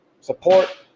Support